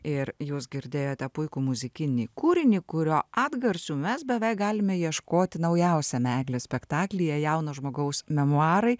ir jūs girdėjote puikų muzikinį kūrinį kurio atgarsių mes beveik galime ieškoti naujausiame eglės spektaklyje jauno žmogaus memuarai